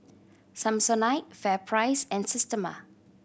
Samsonite FairPrice and Systema